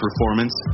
performance